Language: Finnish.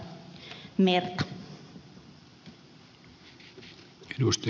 arvoisa puhemies